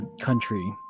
country